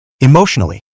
Emotionally